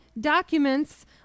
documents